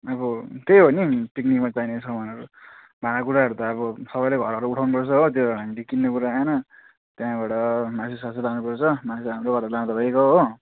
अब त्यही हो नि पिकनिकमा चाहिने सामानहरू भाँडाकुडाहरू त अब सबैले घर घरबाट उठाउनु पर्छ हो त्यो हामीले किन्ने कुरा आएन त्यहाँबाट मासुसासु लानुपर्छ मासु त हाम्रो घरबाट लाँदा भइगयो हो